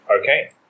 Okay